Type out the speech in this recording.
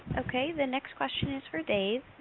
okay, the next question is for dave.